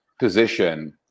position